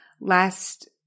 last